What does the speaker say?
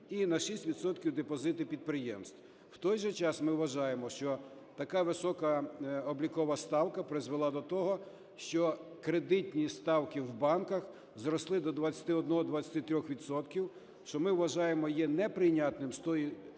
депозити підприємств. В той же час ми вважаємо, що така висока облікова ставка призвела до того, що кредитні ставки в банках зросли до 21-23 відсотків, що, ми вважаємо, є неприйнятним з